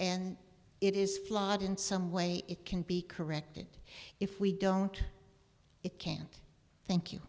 and it is flawed in some way it can be corrected if we don't it can't thank you